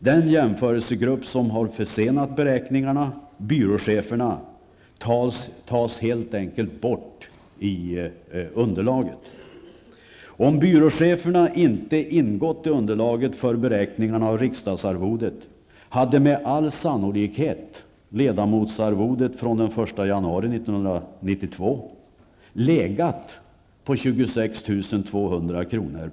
Den jämförelsegrupp som har försenat beräkningarna -- byråcheferna -- tas helt enkelt bort ur underlaget. Om byråcheferna inte ingått i underlaget för beräkningarna av riksdagsledamotsarvodet, hade arvodet från den 1 januari 1992 med all sannolikhet legat på 26 200 kr.